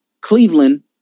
Cleveland